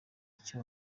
icyo